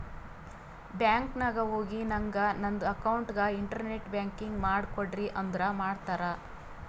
bank ನಾಗ್ ಹೋಗಿ ನಂಗ್ ನಂದ ಅಕೌಂಟ್ಗ ಇಂಟರ್ನೆಟ್ ಬ್ಯಾಂಕಿಂಗ್ ಮಾಡ್ ಕೊಡ್ರಿ ಅಂದುರ್ ಮಾಡ್ತಾರ್